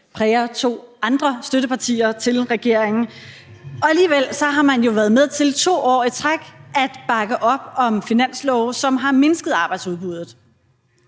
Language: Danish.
præger to andre støttepartier til regeringen. Alligevel har man jo været med til 2 år i træk at bakke op om finanslove, som har mindsket arbejdsudbuddet.